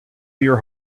your